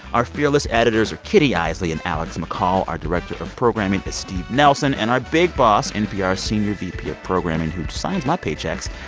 our fearless editors are kitty eisele and alex mccall. our director of programming is steve nelson and our big boss, npr's senior vp of programming, who signs my paychecks,